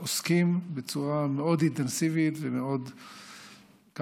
עסוקים בצורה מאוד אינטנסיבית ומאוד מקצועית,